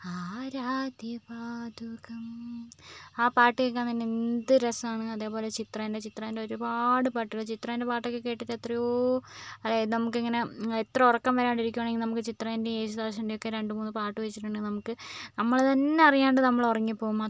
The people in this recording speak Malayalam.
ആരാധ്യപാദുകം ആ പാട്ട് കേൾക്കാൻ തന്നെ എന്ത് രസമാണ് അതേപോലെ ചിത്രേൻ്റെ ചിത്രേൻ്റെ ഒരുപാട് പാട്ടുകൾ ചിത്രേൻ്റെ പാട്ടൊക്കെ കേട്ടിട്ട് എത്രയോ അതായത് നമുക്ക് ഇങ്ങനെ എത്ര ഉറക്കം വരാതെ ഇരിക്കുവാണെങ്കിൽ നമുക്ക് ചിത്രേൻ്റേം യേശുദാസിൻ്റെ ഒക്കെ രണ്ട് മൂന്ന് പാട്ട് വെച്ചിട്ടുണ്ടെങ്കിൽ നമ്മൾ തന്നെ അറിയാണ്ട് നമ്മൾ ഉറങ്ങിപ്പോവും